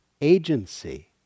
agency